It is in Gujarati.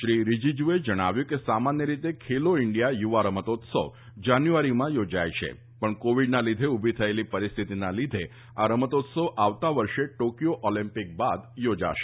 શ્રી રિજીજુએ જણાવ્યું હતું કે સામાન્ય રીતે ખેલો ઈન્ડિયા યુવા રમતોત્સવ જાન્યુઆરીમાં યોજાય છે પણ કોવિડના લીધે ઉભી થયેલી પરિસ્થિતિના લીધે આ રમતોત્સવ આવતા વર્ષે ટોકિયો ઓલેમ્પિક બાદ યોજાશે